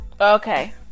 Okay